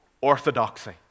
orthodoxy